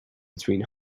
between